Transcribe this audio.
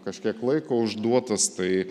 kažkiek laiko užduotas tai